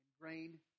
grain